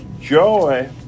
joy